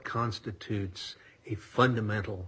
constitutes a fundamental